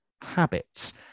habits